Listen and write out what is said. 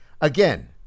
again